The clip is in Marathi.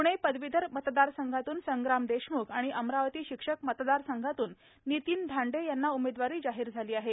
प्णे पदवीधर मतदारसंघातून संग्राम देशमुख आणि अमरावती शिक्षक मतदारसंघातून नितीन धांडे यांना उमेदवारी जाहीर झाली आहे